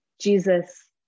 Jesus